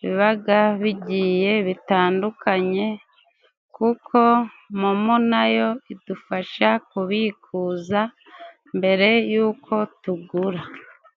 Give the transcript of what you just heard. bibaga bigiye bitandukanye kuko momo na yo idufasha kubikuza mbere y'uko tugura.